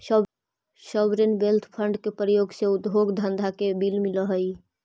sovereign wealth fund के प्रयोग से उद्योग धंधा के बल मिलऽ हई